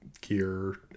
gear